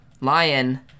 lion